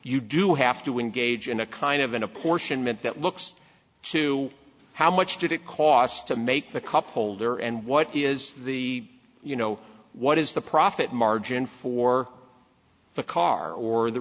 you do have to engage in a kind of an apportionment that looks to how much did it cost to make the cup holder and what is the you know what is the profit margin for the car or the